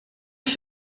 als